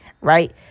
right